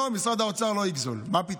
לא, משרד האוצר לא יגזול, מה פתאום.